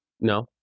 No